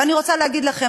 ואני רוצה להגיד לכם,